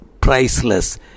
priceless